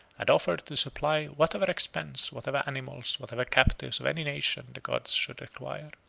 and offered to supply whatever expense, whatever animals, whatever captives of any nation, the gods should require.